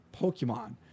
Pokemon